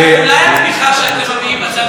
חוקי גזע זה לא בדיוק בצד שלנו.